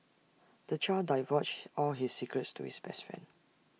the child divulged all his secrets to his best friend